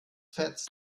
fetzt